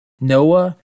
Noah